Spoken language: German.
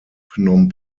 phnom